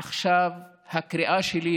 עכשיו הקריאה שלי,